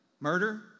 murder